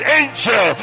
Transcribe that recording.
angel